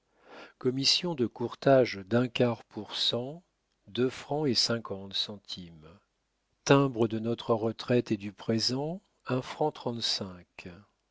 commission de courtage d'un quart p cent francs et centimes timbrent de notre retraite et du présent